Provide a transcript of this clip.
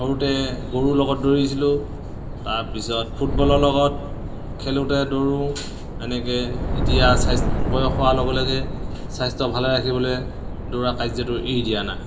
সৰুতে গৰুৰ লগত দৌৰিছিলোঁ তাৰপিছত ফুটবলৰ লগত খেলোঁতে দৌৰোঁ এনেকৈ এতিয়া বয়স হোৱাৰ লগে লগে স্বাস্থ্য ভালে ৰাখিবলৈ দৌৰাৰ কাৰ্যটো এৰি দিয়া নাই